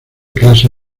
clase